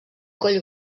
coll